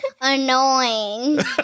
annoying